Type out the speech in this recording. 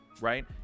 Right